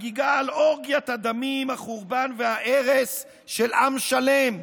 החגיגה על אורגיית הדמים, החורבן וההרס של עם שלם.